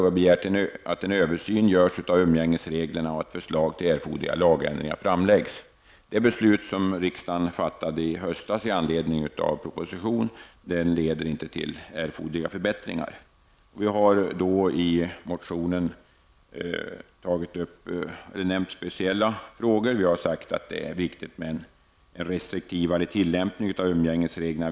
Vi begär att man gör en översyn av umgängesreglerna och att förslag till erforderliga lagändringar framläggs. Det beslut som riksdagen fattade i höstas i anledning av framlagd proposition leder inte till erforderliga förbättringar. I motionen i fråga tar vi därför upp speciella saker. Vi säger att det i vissa fall är viktigt med en restriktivare tillämpning av umgängesreglerna.